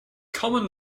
common